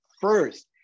first